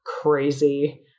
crazy